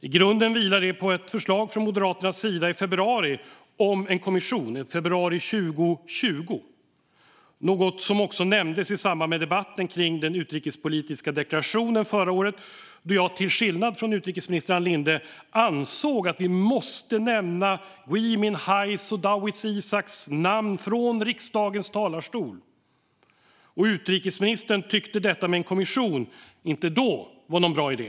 I grunden vilar den på ett förslag från Moderaternas sida i februari 2020 om en kommission. Det är något som också nämndes i samband med debatten om den utrikespolitiska deklarationen förra året då jag, till skillnad från utrikesminister Ann Linde, ansåg att vi måste nämna Gui Minhais och Dawit Isaaks namn från riksdagens talarstol. Och utrikesministern tyckte då att detta med en kommission inte var någon bra idé.